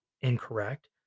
incorrect